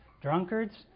drunkards